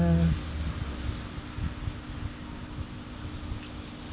uh